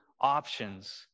options